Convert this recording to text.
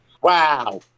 Wow